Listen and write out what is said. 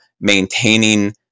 maintaining